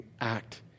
act